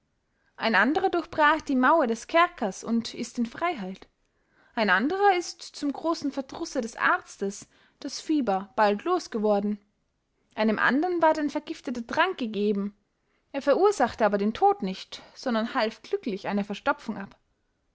ein anderer durchbrach die mauer des kerkers und ist in freyheit ein anderer ist zum grossen verdrusse des arztes das fieber bald losgeworden einem andern ward ein vergifter trank gegeben er verursachte aber den tod nicht sondern half glücklich einer verstopfung ab